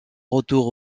retour